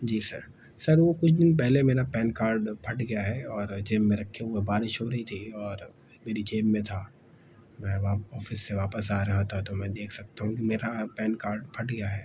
جی sir sir وہ کچھ پہلے میرا پین کارڈ پھٹ گیا ہے اور جیب میں رکھے ہوئے بارش ہو رہی تھی اور میری جیب میں تھا میں احباب آفس سے واپس آرہا تھا تو میں دیکھ سکتا ہوں میرا پین کارڈ پھٹ گیا ہے